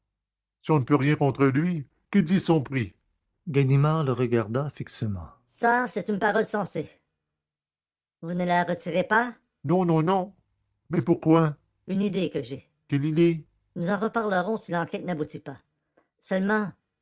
si on ne peut rien contre lui qu'il dise son prix ganimard le regarda fixement ça c'est une parole sensée vous ne la retirez pas non non non mais pourquoi une idée que j'ai quelle idée nous en parlerons si l'enquête n'aboutit pas seulement